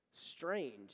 strange